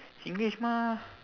singlish mah